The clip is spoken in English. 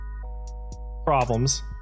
problems